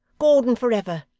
gordon for ever!